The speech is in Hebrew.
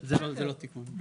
זה לא תיקון,